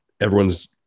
everyone's